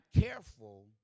careful